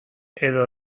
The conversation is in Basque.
edo